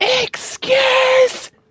Excuse